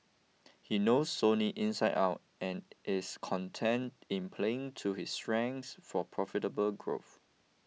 he knows Sony inside out and is content in playing to his strengths for profitable growth